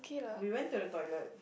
we went to the toilet